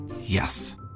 Yes